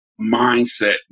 mindset